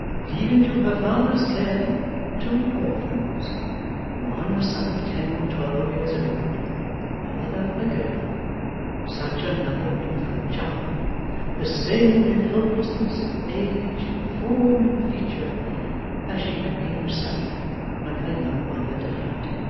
leaving to her father's care two orphans one a son of ten or twelve years old the other a girl such another infant child the same in helplessness, in age, in form, in feature as she had been herself when her young mother died.